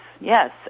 yes